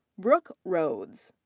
brooke rhodes.